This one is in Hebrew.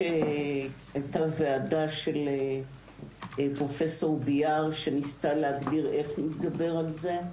היתה ועדה של פרופ' ביאר שניסתה להגדיר איך להתגבר על זה.